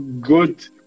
good